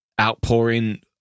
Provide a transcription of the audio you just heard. outpouring